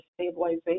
stabilization